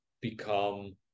become